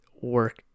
work